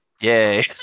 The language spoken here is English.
Yay